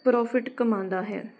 profit ਕਮਾਉਂਦਾ ਹੈ